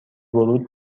ورود